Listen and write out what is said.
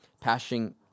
passing